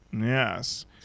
Yes